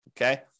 Okay